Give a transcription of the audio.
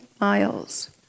miles